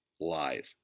live